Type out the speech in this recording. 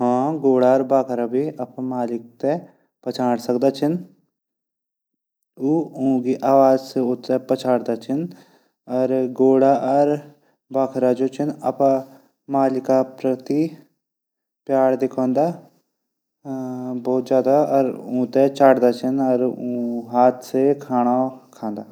हाँ गौडा और बकरा भी अपड मालिक थै पछाण सकदा छन ऊ ऊंकी आवाज से उंथै पछाण दा छन। और गोडा और बखरा जन अपड मालिक प्रति प्यार दिखांनदा बहुत ज्यादा और उथै चटदा छन। और ऊंक हाथ से खाणा खादन। और इ जानवर सुंरग बणादा जैसे वू सुरक्षा मा रैंदा।